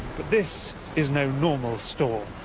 but this is no normal storm.